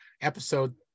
episode